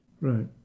Right